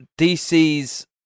dc's